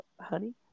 honey